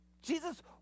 Jesus